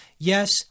Yes